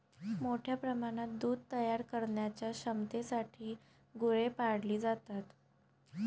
मोठ्या प्रमाणात दूध तयार करण्याच्या क्षमतेसाठी गुरे पाळली जातात